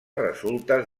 resultes